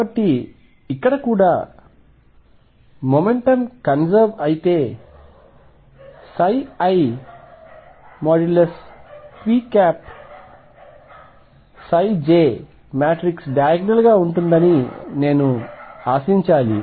కాబట్టి ఇక్కడ కూడా మొమెంటం కన్సర్వ్ అయితే ⟨ipj⟩ మాట్రిక్స్ డయాగ్నల్ గా ఉంటుందని నేను ఆశించాలి